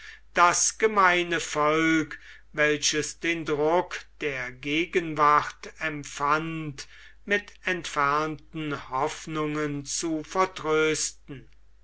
das gemeine volk welches den druck der gegenwart empfand mit entfernten hoffnungen zu vertrösten